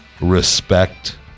respect